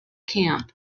camp